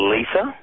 Lisa